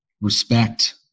respect